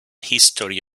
history